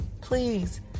please